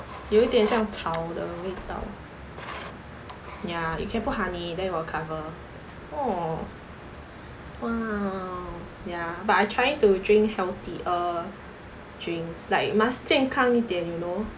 有一点像草的味道 ya you can put honey then it will cover ya but I trying to drink healthy err drinks like must 健康一点 you know